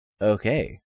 Okay